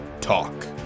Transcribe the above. talk